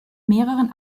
mehreren